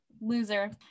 loser